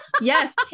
yes